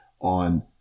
on